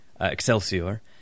Excelsior